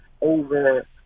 over